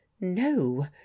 No